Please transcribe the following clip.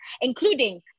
including